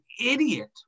idiot